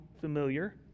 familiar